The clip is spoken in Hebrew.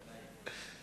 ע'נאים.